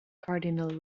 cardinal